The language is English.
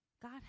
God